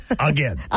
Again